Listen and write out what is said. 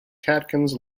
catkins